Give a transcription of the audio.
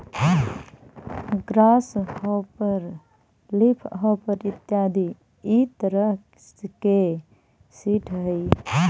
grass hopper leafhopper इत्यादि इ तरह के सीट हइ